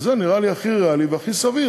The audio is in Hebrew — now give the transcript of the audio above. זה נראה לי הכי ריאלי והכי סביר.